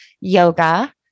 yoga